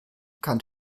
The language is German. kann